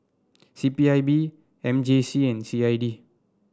C P I B M J C and C I D